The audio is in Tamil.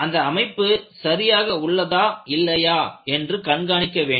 அந்த அமைப்பு சரியாக உள்ளதா இல்லையா என்று கண்காணிக்க வேண்டும்